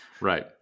Right